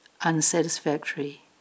unsatisfactory